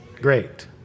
Great